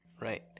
right